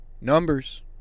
Numbers